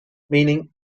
meaning